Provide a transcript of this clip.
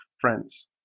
friends